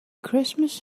christmas